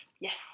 yes